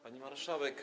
Pani Marszałek!